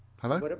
Hello